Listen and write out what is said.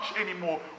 anymore